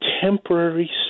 temporary